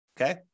okay